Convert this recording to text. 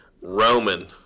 Roman